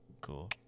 cool